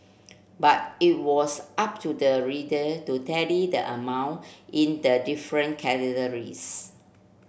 but it was up to the reader to tally the amount in the different categories